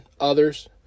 others